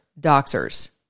doxers